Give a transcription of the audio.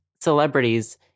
celebrities